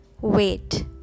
wait